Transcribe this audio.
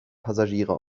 passagiere